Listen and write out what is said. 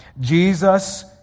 Jesus